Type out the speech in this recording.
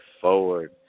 forward